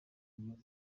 amaze